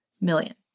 million